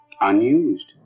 unused